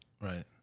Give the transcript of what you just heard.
Right